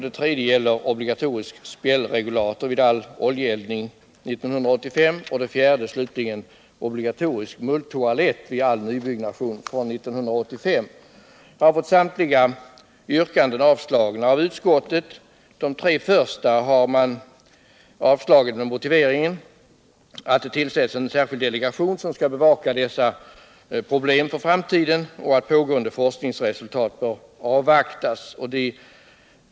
De tre första har avstyrkts med motiveringen att det kommer att tillsättas en särskild delegation som skall bevaka dessa problem i framtiden och att resultaten av den pågående forskningen bör avvaktas.